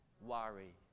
worry